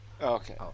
Okay